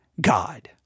God